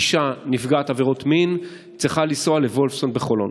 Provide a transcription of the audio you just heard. אישה נפגעת עבירות מין צריכה לנסוע לוולפסון בחולון.